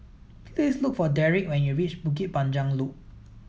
please look for Derik when you reach Bukit Panjang Loop